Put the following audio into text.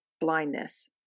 blindness